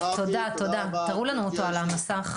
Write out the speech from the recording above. תודה רבה,